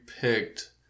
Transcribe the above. picked